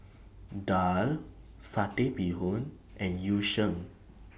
Daal Satay Bee Hoon and Yu Sheng